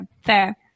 Fair